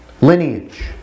lineage